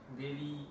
daily